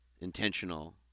intentional